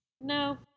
No